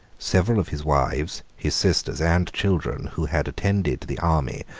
several of his wives, his sisters, and children, who had attended the army,